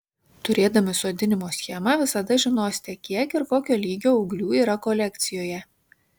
turėdami sodinimo schemą visada žinosite kiek ir kokio lygio ūglių yra kolekcijoje